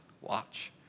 watch